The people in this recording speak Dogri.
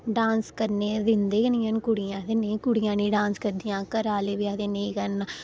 डांस करने दी दिंदी निं ऐं कुड़ियां निं कुड़ियां निं डांस करदियां घरा आह्ले बी आखदे नेईं करना